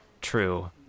true